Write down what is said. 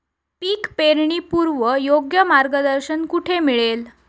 पीक पेरणीपूर्व योग्य मार्गदर्शन कुठे मिळेल?